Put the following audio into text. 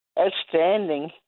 outstanding